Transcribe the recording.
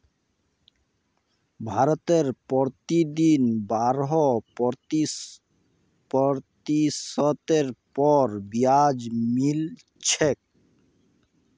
भारतत प्रतिदिन बारह प्रतिशतेर पर ब्याज मिल छेक